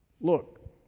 Look